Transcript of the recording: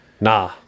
Nah